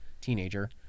teenager